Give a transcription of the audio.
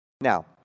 Now